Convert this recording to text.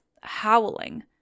howling